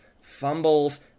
fumbles